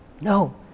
No